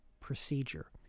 procedure